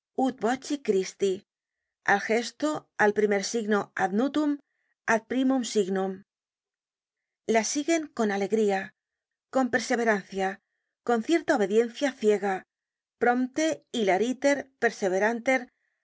christi al gesto al primer signo ad nutum adpri mutn signum la siguen con alegría con perseverancia con cierta obediencia ciega prompte hilariter perseveranter et